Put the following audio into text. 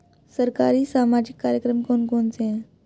सरकारी सामाजिक कार्यक्रम कौन कौन से हैं?